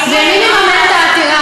ומי מממן את העתירה?